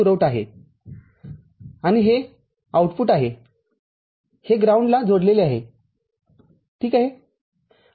पुरवठा आहे आणि हे आउटपुटOutput आहे आणि हे ग्राउंडला जोडलेले आहे ठीक आहे